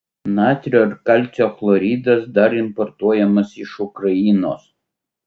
natrio ir kalcio chloridas dar importuojamas iš ukrainos